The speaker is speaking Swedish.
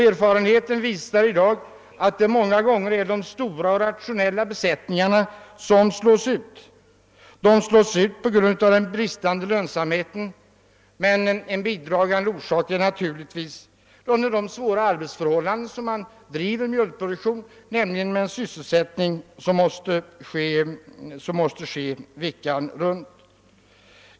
Erfarenheten visar att det många gånger är de stora och rationella besättningarna som slås ut, detta på grund av bristande lönsamhet men också på grund av de svåra arbetsförhållanden, under vilka man bedriver mjölkproduktion; man måste ju sysselsätta arbetskraften hela veckan.